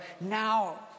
now